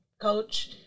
coach